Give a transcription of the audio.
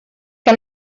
que